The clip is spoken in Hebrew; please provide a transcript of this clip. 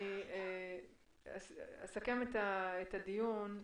אסכם את הדיון.